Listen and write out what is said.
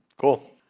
cool